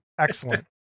Excellent